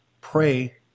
Pray